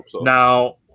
Now